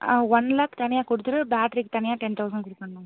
one lakh தனியா கொடுத்துட்டு பேட்டரிக்கு தனியாக டென் தௌசண்ட் கொடுக்கணுமா